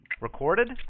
Recorded